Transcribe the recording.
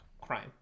crime